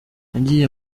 nagiye